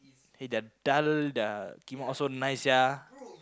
eh their daal da~ pukimak all so nice sia